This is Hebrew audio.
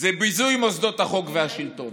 זה ביזוי מוסדות החוק והשלטון,